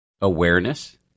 awareness